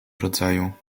rodzaju